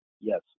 Yes